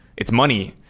it's money.